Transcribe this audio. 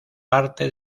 parte